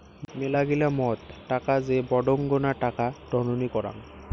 মেলাগিলা মত টাকা যে বডঙ্না টাকা টননি করাং